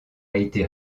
été